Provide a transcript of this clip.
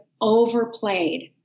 overplayed